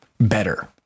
better